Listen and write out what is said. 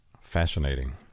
Fascinating